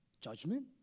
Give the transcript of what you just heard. Judgment